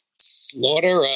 slaughter